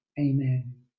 Amen